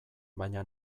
baina